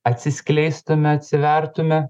atsiskleistume atsivertume